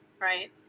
Right